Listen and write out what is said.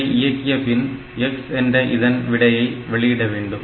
இதை இயக்கிய பின் x என்ற இதன் விடையை வெளியிட வேண்டும்